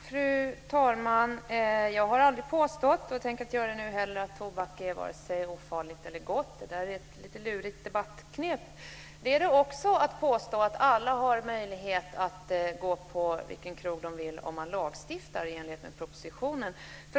Fru talman! Jag har aldrig påstått - och jag tänker inte göra det nu heller - att tobaksrökning är vare sig ofarligt eller gott. Det är också ett lurigt debattknep att påstå att alla har möjlighet att gå på vilken krog de vill om man lagstiftar i enlighet med propositionen.